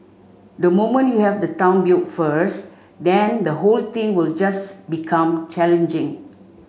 the moment you have the town built first then the whole thing will just become challenging